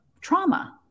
trauma